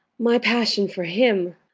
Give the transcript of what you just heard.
my passion for him.